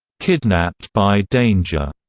kidnapped by danger